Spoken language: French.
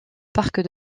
parc